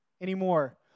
anymore